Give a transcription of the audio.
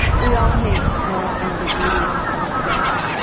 we all hate moral ambiguity in some sense,